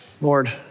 Lord